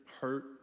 hurt